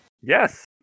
Yes